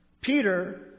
Peter